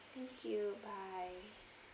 thank you bye